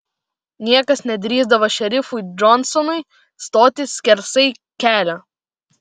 niekas nedrįsdavo šerifui džonsonui stoti skersai kelio